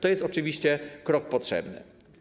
To jest oczywiście krok potrzebny.